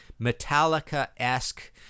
Metallica-esque